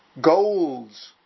goals